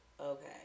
okay